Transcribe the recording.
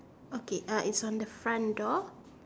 okay uh it's on the front door